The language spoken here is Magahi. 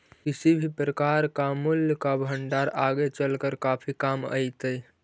किसी भी प्रकार का मूल्य का भंडार आगे चलकर काफी काम आईतई